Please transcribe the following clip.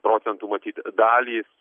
procentų matyt dalys